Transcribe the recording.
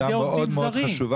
נגעת בנקודה מאוד מאוד חשובה,